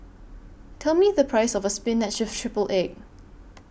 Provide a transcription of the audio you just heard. Tell Me The Price of Spinach with Triple Egg